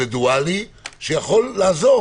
אינדיבידואלי שיכול לעזור.